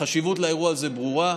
החשיבות של אירוע הזה ברורה,